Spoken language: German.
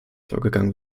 vorgegangen